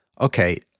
okay